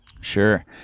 Sure